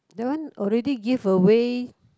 that one already give away